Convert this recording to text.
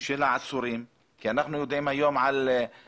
של האסירים כי אנחנו יודעים היום שאתם